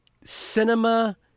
cinema